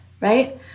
right